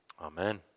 Amen